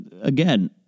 again